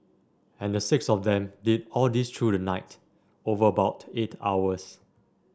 and the six of them did all this through the night over about eight hours